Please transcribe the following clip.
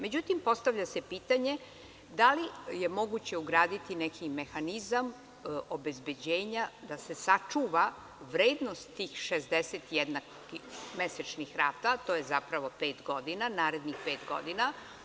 Postavlja se pitanje – da li je moguće ugraditi neki mehanizam obezbeđenja da se sačuva vrednost tih 60 jednakih mesečnih rata, a to je zapravo pet godina, narednih pet godina?